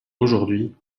aujourd’hui